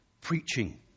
preaching